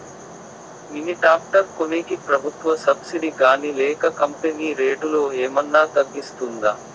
Mini tractor కొనేకి ప్రభుత్వ subsidy గాని లేక కంపెని రేటులో ఏమన్నా తగ్గిస్తుందా?